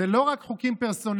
זה לא רק חוקים פרסונליים,